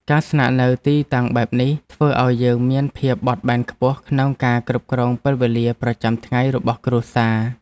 ការស្នាក់នៅទីតាំងបែបនេះធ្វើឱ្យយើងមានភាពបត់បែនខ្ពស់ក្នុងការគ្រប់គ្រងពេលវេលាប្រចាំថ្ងៃរបស់គ្រួសារ។